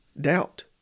doubt